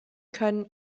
können